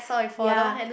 ya